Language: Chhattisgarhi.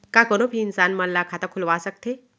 का कोनो भी इंसान मन ला खाता खुलवा सकथे?